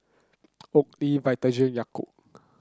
Oakley Vitagen Yakult